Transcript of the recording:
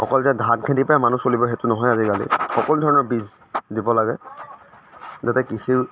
অকল যে ধান খেতি পৰাই মানুহ চলিব সেইটো নহয় আজিকালি সকলো ধৰণৰ বীজ দিব লাগে যাতে কৃষিৰ